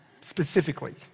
specifically